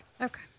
Okay